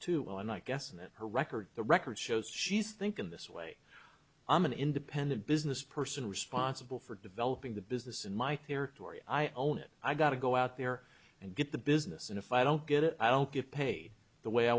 too and i guess that her record the record shows she's thinking this way i'm an independent business person responsible for developing the business in my care tory i own it i got to go out there and get the business and if i don't get it i don't get paid the way i